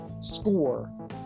score